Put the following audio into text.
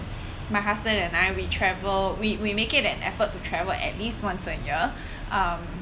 my husband and I we travel we we make it an effort to travel at least once a year um